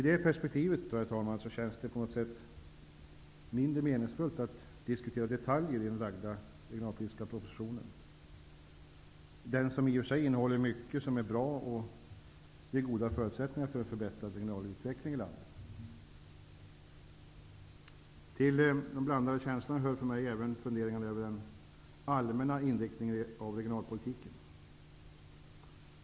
I det perspektivet, herr talman, känns det på något sätt mindre meningsfullt att diskutera detaljer i den lagda regionalpolitiska propositionen, som i och för sig innehåller mycket som är bra och ger goda förutsättningar för en förbättrad regional utveckling i landet. Till de blandade känslorna hör för mig även funderingarna över den allmänna inriktningen av regionalpolitiken.